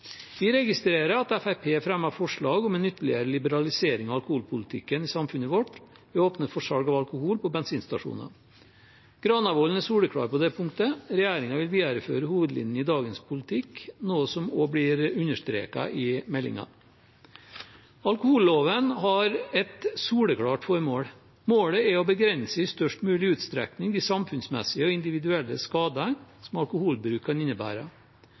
Vi registrerer at Fremskrittspartiet fremmer forslag om en ytterligere liberalisering av alkoholpolitikken i samfunnet vårt ved å åpne for salg av alkohol på bensinstasjoner. Granavolden-plattformen er soleklar på det punktet: Regjeringen vil videreføre hovedlinjene i dagens politikk, noe som også blir understreket i meldingen. Alkoholloven har et soleklart formål. Målet er å begrense i størst mulig utstrekning de samfunnsmessige og individuelle skadene som alkoholbruk kan innebære.